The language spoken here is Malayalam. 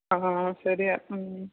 ആ ശരിയാണ് ഉം